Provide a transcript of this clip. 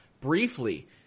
briefly